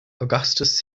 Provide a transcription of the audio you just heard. augustus